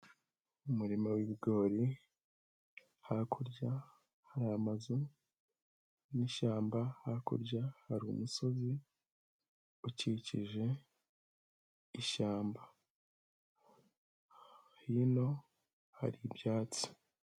Umuriro w'bigori hakurya hari amazu n'ishyamba, hakurya hari umusozi ukikije ishyamba, hino hari ibyatsi.